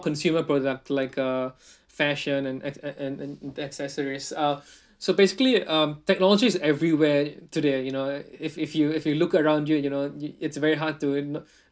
consumer product like uh fashion and and and and and accessories uh so basically um technology is everywhere today you know if if you if you look around you you know it's very hard to